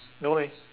no leh